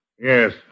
Yes